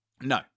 No